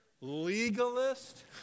legalist